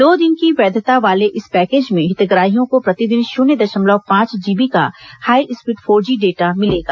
दो दिन की वैघता वाले इस पैकेज में हितग्राहियों को प्रतिदिन शून्य दशमलव पांच जीबी का हाईस्पीड फोर जी डेटा मिलेगा